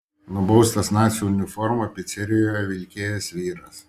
nubaustas nacių uniformą picerijoje vilkėjęs vyras